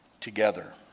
together